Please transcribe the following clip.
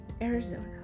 Arizona